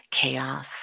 chaos